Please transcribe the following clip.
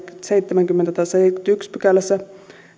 seitsemänkymmentä tai seitsemännessäkymmenennessäensimmäisessä pykälässä